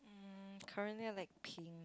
um currently I like pink